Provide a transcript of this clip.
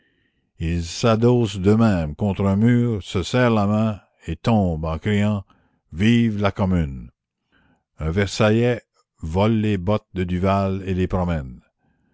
ils s'adossent d'eux-mêmes contre un mur se serrent la main et tombent en criant vive la commune un versaillais vole les bottes de duval et les